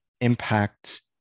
impact